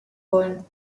wollen